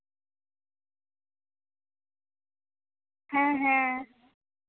ᱦᱮᱸ ᱦᱮᱸ